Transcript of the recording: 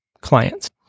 clients